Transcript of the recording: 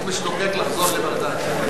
הוא משתוקק לחזור לבגדד.